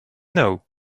know